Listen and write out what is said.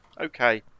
okay